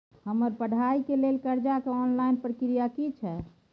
हमरा पढ़ाई के लेल कर्जा के ऑनलाइन प्रक्रिया की छै?